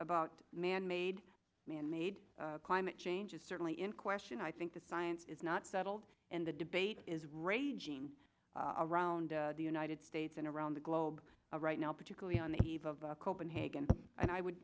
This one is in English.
about manmade manmade climate change is certainly in question i think the science is not settled and the debate is raging around the united states and around the globe right now particularly on the eve of copenhagen and i would